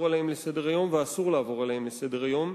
עליהם לסדר-היום ואסור לעבור עליהם לסדר-היום.